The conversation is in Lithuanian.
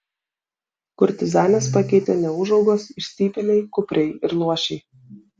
kurtizanes pakeitė neūžaugos išstypėliai kupriai ir luošiai